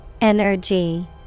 Energy